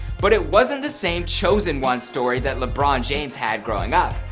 but it wasn't the same chosen one story that lebron james had growing up.